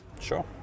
Sure